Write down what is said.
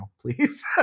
please